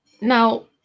now